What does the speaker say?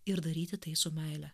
ir daryti tai su meile